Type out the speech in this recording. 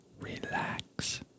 relax